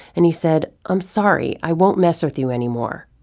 and he said i'm sorry, i won't mess with you anymore,